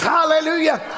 Hallelujah